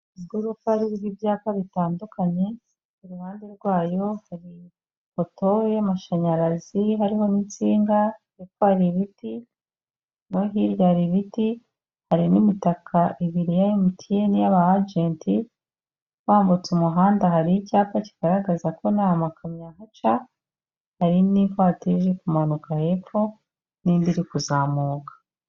Igorofa ririho ibyapa bitandukanye, ku ruhande rwayo hari ipoto y'amashanyarazi, hariho n'insinga, hepfo hari ibiti no hiryari ibiti, harimo imitaka ibiri ya emutiyeni y'aba ajenti, Wambutse umuhanda hari icyapa kigaragaza ko nta makamyo ahaca, hari n'ivatiri iri kumanuka hepfo, n'indi iri kuzamuka.